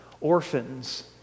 orphans